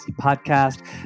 podcast